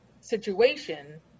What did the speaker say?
situation